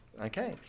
Okay